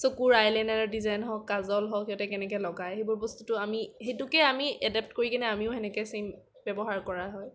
চকুৰ আইলাইনাৰ ডিজাইন হওক কাজল হওক কেনেকৈ কেনেকৈ লগায় সেইবোৰ বস্তুটো আমি সেইটোকে আমি এডেপ্ট কৰি পেলাই আমি ছেইম ব্যৱহাৰ কৰা হয়